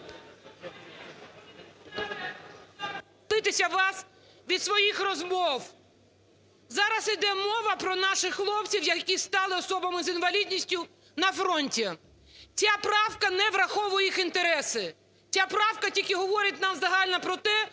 Зараз іде мова про наших хлопців, які стали особами з інвалідністю на фронті. Ця правка не враховує їх інтереси, ця правка тільки говорить нам загально про те,